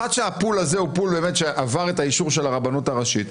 ברגע שהפול הזה הוא פול שעבר את האישור של הרבנות הראשית,